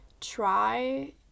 try